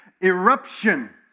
eruption